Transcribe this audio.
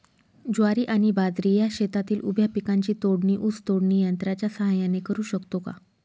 ज्वारी आणि बाजरी या शेतातील उभ्या पिकांची तोडणी ऊस तोडणी यंत्राच्या सहाय्याने करु शकतो का?